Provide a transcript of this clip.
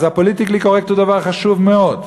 אז הפוליטיקלי קורקט הוא דבר חשוב מאוד,